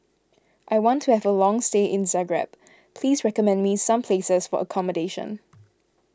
I want to have a long stay in Zagreb please recommend me some places for accommodation